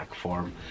form